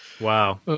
Wow